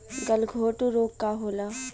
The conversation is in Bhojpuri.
गलघोटू रोग का होला?